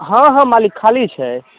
हँ हँ मालिक खाली छै